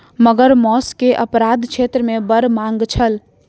मगर मौस के अपराध क्षेत्र मे बड़ मांग छल